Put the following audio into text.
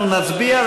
אנחנו נצביע,